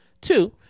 Two